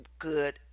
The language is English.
good